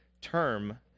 term